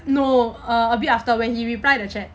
no err a bit after when he reply the chat